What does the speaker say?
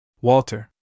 Walter